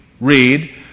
read